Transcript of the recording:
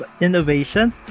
Innovation